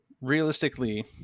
realistically